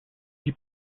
die